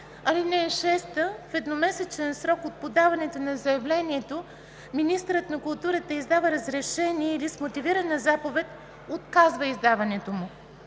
(6) В едномесечен срок от подаването на заявлението министърът на културата издава разрешение или с мотивирана заповед отказва издаването му.